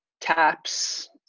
TAPS